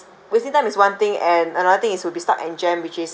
wasting time is one thing and another thing is would be stuck and jam which is